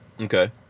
Okay